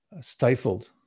stifled